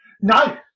No